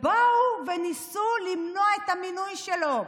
וניסו למנוע את המינוי שלו,